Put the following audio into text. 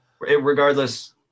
regardless